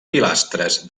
pilastres